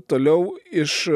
toliau iš